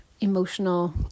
emotional